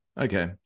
Okay